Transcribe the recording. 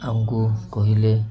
ଆମକୁ କହିଲେ